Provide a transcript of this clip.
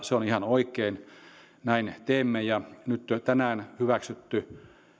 se on ihan oikein näin teemme ja nyt tänään hyväksytty